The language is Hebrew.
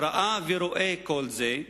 ראה ורואה את כל זה,